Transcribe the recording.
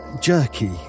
jerky